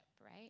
right